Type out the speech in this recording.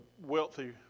wealthy